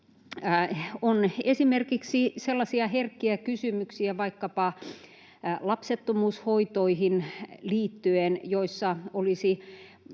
On esimerkiksi sellaisia herkkiä kysymyksiä vaikkapa lapsettomuushoitoihin liittyen, joissa olisi